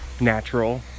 natural